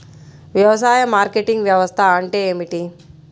వ్యవసాయ మార్కెటింగ్ వ్యవస్థ అంటే ఏమిటి?